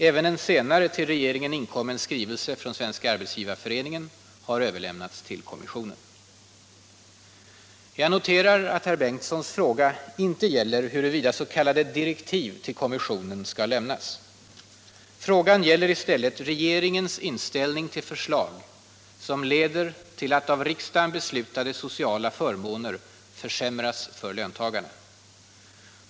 Även en senare till regeringen inkommen skrivelse från Svenska arbetsgivareföreningen har överlämnats till kommissionen. Jag noterar att herr Bengtssons fråga inte gäller huruvida s.k. direktiv till kommissionen skall lämnas. Frågan gäller i stället regeringens inställning till förslag som leder till att av riksdagen beslutade sociala förmåner försämras för löntagarna.